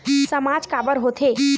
सामाज काबर हो थे?